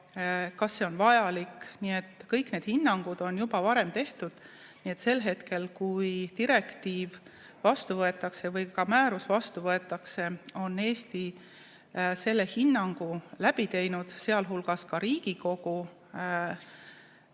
kas see on vajalik. Nii et kõik need hinnangud on juba varem antud. Sel hetkel, kui direktiiv vastu võetakse või määrus vastu võetakse, on Eesti selle hinnangu juba andnud, sealhulgas ka Riigikogus.